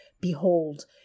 Behold